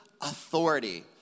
authority